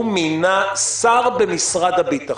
הוא מינה שר במשרד הביטחון.